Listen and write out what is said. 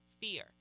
fear